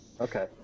Okay